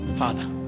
Father